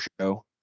show